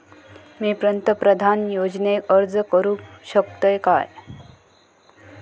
मी पंतप्रधान योजनेक अर्ज करू शकतय काय?